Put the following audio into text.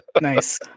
Nice